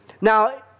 Now